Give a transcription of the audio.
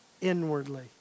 inwardly